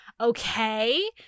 Okay